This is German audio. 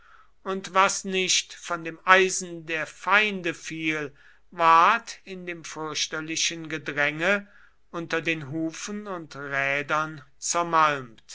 und was nicht von dem eisen der feinde fiel ward in dem fürchterlichen gedränge unter den hufen und rädern